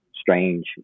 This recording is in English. strange